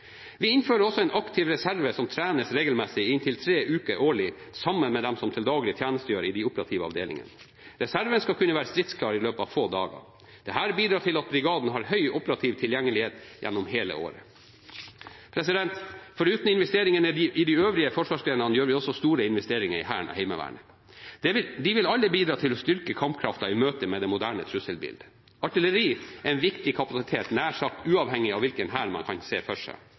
Vi innfører også en aktiv reserve som trenes regelmessig i inntil tre uker årlig sammen med dem som til daglig tjenestegjør i de operative avdelingene. Reserven skal kunne være stridsklar i løpet av få dager. Dette bidrar til at brigaden har høy operativ tilgjengelighet gjennom hele året. Foruten investeringene i de øvrige forsvarsgrenene gjør vi store investeringer i Hæren og Heimevernet. De vil alle bidra til å styrke kampkraften i møte med det moderne trusselbildet. Artilleri er en viktig kapasitet nær sagt uavhengig av hvilken hær man kan se for seg.